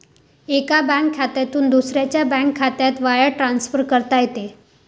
एका बँक खात्यातून दुसऱ्या बँक खात्यात वायर ट्रान्सफर करता येते